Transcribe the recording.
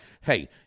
hey